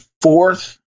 fourth